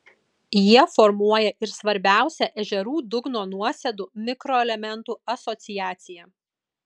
jie formuoja ir svarbiausią ežerų dugno nuosėdų mikroelementų asociaciją